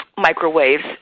microwaves